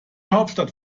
hauptstadt